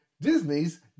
Disney's